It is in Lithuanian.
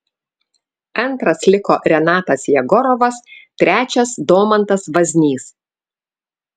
antras liko renatas jegorovas trečias domantas vaznys